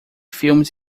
filmes